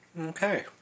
Okay